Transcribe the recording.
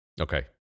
Okay